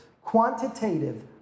quantitative